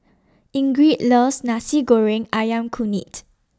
Ingrid loves Nasi Goreng Ayam Kunyit